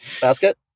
basket